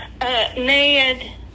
Ned